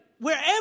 wherever